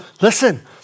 Listen